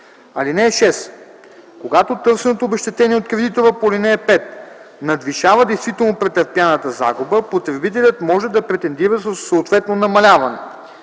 4. (6) Когато търсеното обезщетение от кредитора по ал. 5 надвишава действително претърпяната загуба, потребителят може да претендира за съответно намаляване.